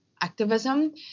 activism